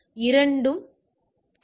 எனவே இரண்டும் 10